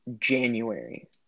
January